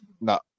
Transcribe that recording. No